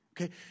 Okay